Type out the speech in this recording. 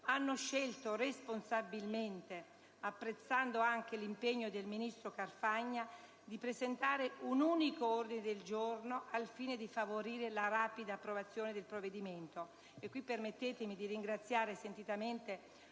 hanno scelto responsabilmente, apprezzando anche l'impegno del ministro Carfagna, di presentare un unico ordine del giorno al fine di favorire la rapida approvazione del provvedimento. E qui permettetemi di ringraziare sentitamente